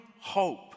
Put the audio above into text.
hope